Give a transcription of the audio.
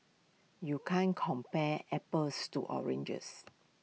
you can't compare apples to oranges